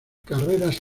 carreras